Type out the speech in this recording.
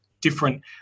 different